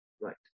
Right